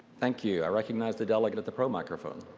thank you. i recognize the delegate at the pro microphone.